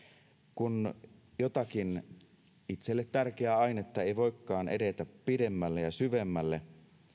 kun jotakin itselle tärkeää ainetta ei voikaan edetä pidemmälle ja syvemmälle